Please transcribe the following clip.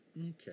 Okay